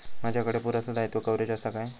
माजाकडे पुरासा दाईत्वा कव्हारेज असा काय?